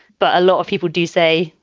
but a lot of people do say,